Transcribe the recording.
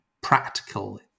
practical